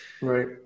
right